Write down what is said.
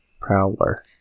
Prowler